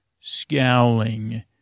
scowling